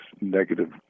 negative